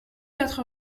quatre